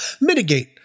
mitigate